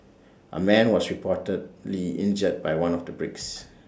A man was reportedly injured by one of the bricks